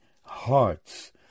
hearts